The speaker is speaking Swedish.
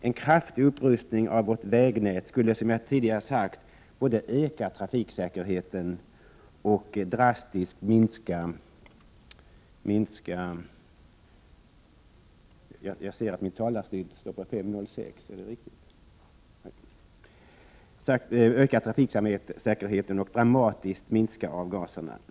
En kraftig upprustning av vårt vägnät skulle, som jag tidigare sagt, både öka trafiksäkerheten och drastiskt minska avgaserna.